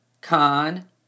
con